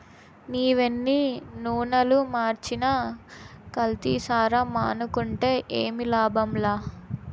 నీవెన్ని నూనలు మార్చినా కల్తీసారా మానుకుంటే ఏమి లాభంలా